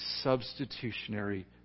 substitutionary